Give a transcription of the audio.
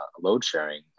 load-sharing